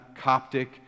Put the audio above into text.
Coptic